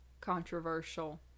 controversial